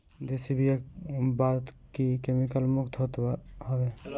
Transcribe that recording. देशी बिया बाकी केमिकल मुक्त होत हवे